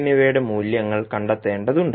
എന്നിവയുടെ മൂല്യങ്ങൾ കണ്ടെത്തേണ്ടതുണ്ട്